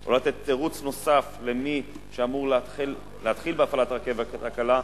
או לתת תירוץ נוסף למי שאמור להתחיל בהפעלת הרכבת הקלה,